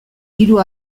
hiru